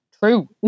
True